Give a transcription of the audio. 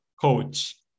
coach